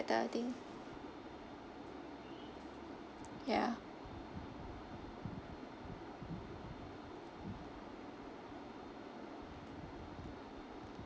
that type of thing ya